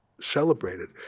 celebrated